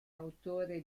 autore